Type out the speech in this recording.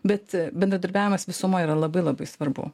bet bendradarbiavimas visuma yra labai labai svarbu